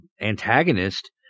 antagonist